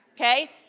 Okay